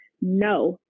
no